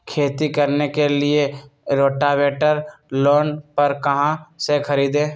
खेती करने के लिए रोटावेटर लोन पर कहाँ से खरीदे?